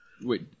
Wait